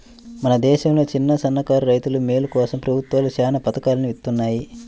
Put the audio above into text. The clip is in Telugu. మన దేశంలో చిన్నసన్నకారు రైతుల మేలు కోసం ప్రభుత్వాలు చానా పథకాల్ని ఇత్తన్నాయి